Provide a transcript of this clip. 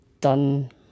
done